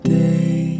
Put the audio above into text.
day